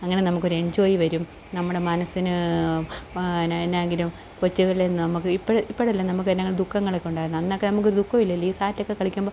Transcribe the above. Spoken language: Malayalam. അങ്ങനെ നമുക്കൊരു എഞ്ചോയ് വരും നമ്മുടെ മനസ്സിന് ഇപ്പോൾ എന്നാ എന്നാണെങ്കിലും കൊച്ചിലെ നമ്മൾക്ക് ഇപ്പോൾ ഇപ്പോഴല്ലെ നമുക്ക് എന്നാണെങ്കിലും ദുഃഖങ്ങളൊക്കെ ഉണ്ടായിരുന്നത് അന്നൊക്കെ നമ്മൾക്ക് ദുഃഖമില്ലല്ലോ ഈ സാറ്റൊക്കെ കളിക്കുമ്പം